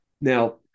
Now